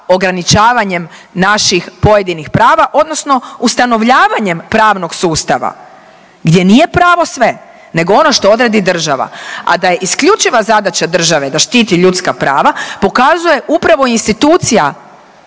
ograničavanjem naših pojedinih prava, odnosno ustanovljavanjem pravnog sustava gdje nije pravo sve, nego ono što odredi država, a da je isključiva zadaća države da štiti ljudska prava pokazuje upravo institucija